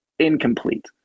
incomplete